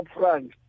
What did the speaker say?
upfront